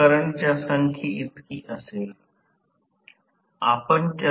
तर PG 3 I12 Rf असेल कारण हे Rf आहे येथे हे मी लिहिलेले smaller Rf आहे